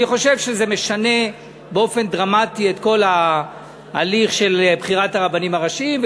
אני חושב שזה משנה באופן דרמטי את כל ההליך של בחירת הרבנים הראשיים,